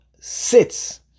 sits